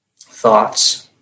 thoughts